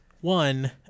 One